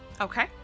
Okay